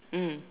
mm